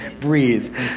breathe